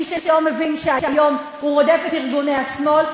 מי שלא מבין שהיום הוא רודף את ארגוני השמאל,